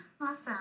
Awesome